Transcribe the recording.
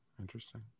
Interesting